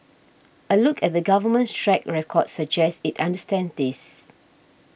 a look at the Government's track record suggests it understands this